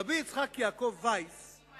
רבי יצחק יעקב וייס, מה